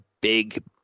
big